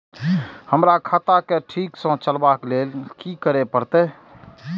हमरा खाता क ठीक स चलबाक लेल की करे परतै